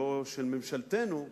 לא של ממשלתנו,